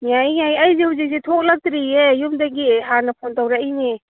ꯌꯥꯏꯌꯦ ꯌꯥꯏꯌꯦ ꯑꯩꯁꯨ ꯍꯧꯖꯤꯛꯁꯦ ꯊꯣꯛꯂꯛꯇ꯭ꯔꯤꯌꯦ ꯌꯨꯝꯗꯒꯤ ꯍꯥꯟꯅ ꯐꯣꯟ ꯇꯧꯔꯛꯏꯅꯦ